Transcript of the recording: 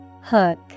Hook